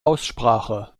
aussprache